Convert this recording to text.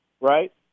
right